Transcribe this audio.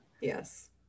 yes